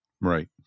Right